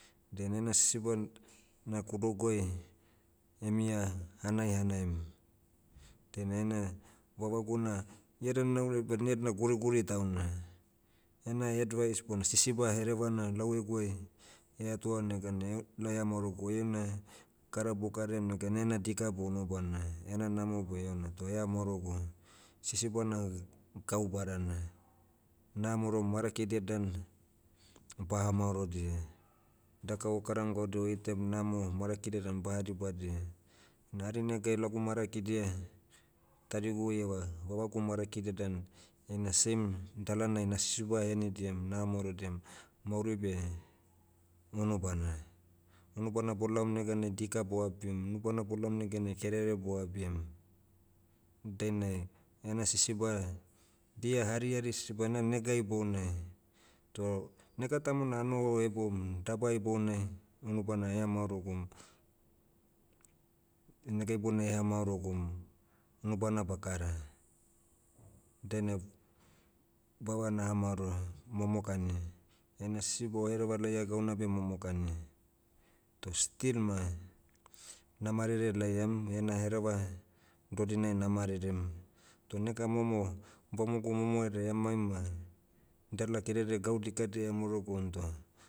Dainai ena sisiba, na kudouguai, emia hanai hanaim. Dainai ena, vavagu na, ia dan naura badna iadna guriguri tauna. Ena advise bona sisiba herevana lau eguai, eatoa neganai e- lau ea maorogu oi una, kara bokaraiam negana ena dika beh unubana. Ena namo beh ouna, toh ea maorogu, sisiba na, gau badana. Na maorom marakidia dan, baha maorodia. Daka okaram gaudia oitam namo marakidia dan baha dibadia. Na hari negai lagu marakidia, tadigu eiava, vavagu marakidia dan, eina same, dalanai na sisiba henidiam, na maorodiam, mauri beh, unubana. Unubana bolaom neganai dika boabim, unubana bolaom neganai kerere boabiam. Dainai, ena sisiba, dia harihari sisiba na nega ibounai. Toh, nega tamona anoho heboum. Daba ibounai, unubana ea maorogum. Nega ibounai eha maorogum, unubana bakara. Dainai, vava naha maoroa, momokani, heina sisiba ohereva laia gauna beh momokani. Toh still ma, na marere laiam, ena hereva, dodinai na marerem. Toh nega momo, bamogu momoherea emaim ma, dala kerere gau dikadia emaorogum toh